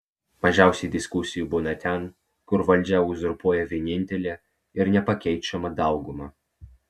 mažiausiai diskusijų būna ten kur valdžią uzurpuoja vienintelė ir nepakeičiama dauguma